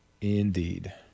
Indeed